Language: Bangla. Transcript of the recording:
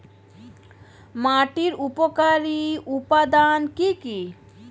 মাটির উপকারী উপাদান কি কি?